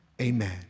amen